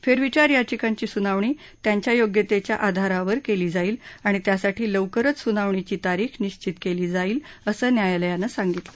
फेरविचार याचिकांची सुनावणी त्यांच्या योग्यतेच्या आधारावर केली जाईल आणि त्यासाठी लवकरच सुनावणीची तारीख निश्वित केली जाईल असं न्यायालयानं सांगितलं